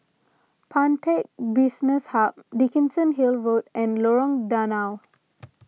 Pantech Business Hub Dickenson Hill Road and Lorong Danau